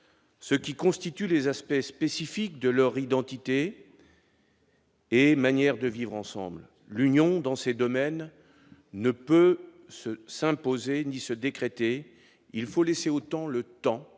ce qui constitue les aspects spécifiques de leur identité. Et manière de vivre ensemble l'union dans ces domaines ne peut se s'imposer Nice décrété il faut laisser au temps le temps